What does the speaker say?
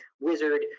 wizard